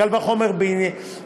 קל וחומר בענייננו,